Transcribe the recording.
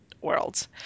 worlds